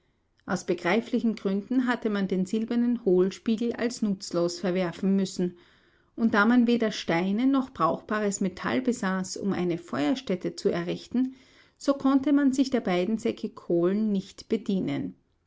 aus begreiflichen gründen hatte man den silbernen hohlspiegel als nutzlos verwerfen müssen und da man weder steine noch brauchbares metall besaß um eine feuerstätte zu errichten so konnte man sich der beiden säcke kohlen nicht bedienen